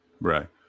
Right